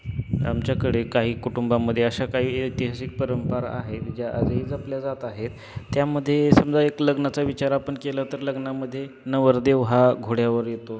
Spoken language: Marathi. आमच्याकडे काही कुटुंबामध्ये अशा काही ऐतिहासिक परंपरा आहेत ज्या आजही जपल्या जात आहेत त्यामध्ये समजा एक लग्नाचा विचार आपण केलं तर लग्नामध्ये नवरदेव हा घोड्यावर येतो